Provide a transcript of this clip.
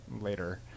later